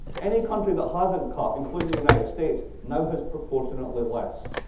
any country the hasn't cut, including the united states, now has proportionately less.